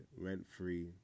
rent-free